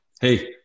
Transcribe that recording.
Hey